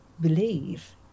believe